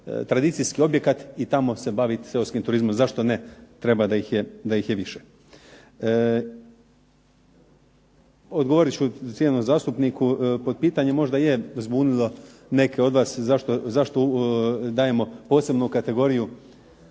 tradicijski objekat i tamo se baviti seoskim turizmom. Zašto ne, treba da ih je više. Odgovorit ću cijenjenom zastupniku. Potpitanje možda je zbunilo neke od vas zašto dajemo posebnu kategoriju